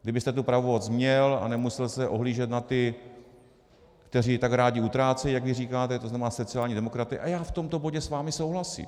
Kdybyste tu pravomoc měl a nemusel se ohlížet na ty, kteří tak rádi utrácejí, jak vy říkáte, tzn. sociální demokraty, a já v tomto bodě s vámi souhlasím.